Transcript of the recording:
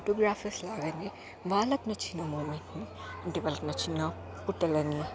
photographers లాగానే వాళ్ళకు నచ్చిన మూమెంట్ని అంటే వాళ్ళకి నచ్చిన పుట్టలని